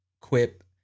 quip